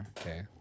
okay